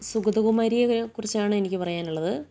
സുഗതകുമാരിയെ കുറിച്ചാണ് എനിക്ക് പറയാനുള്ളത്